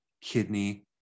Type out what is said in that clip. kidney